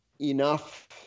enough